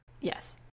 Yes